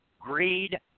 greed